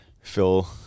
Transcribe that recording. Phil